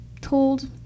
told